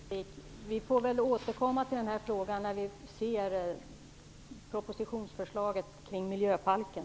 Fru talman! Jag tror att vi får återkomma till den här frågan när vi ser propositionen om miljöbalken.